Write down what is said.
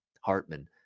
Hartman